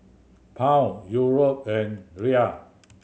Pound Euro and Riel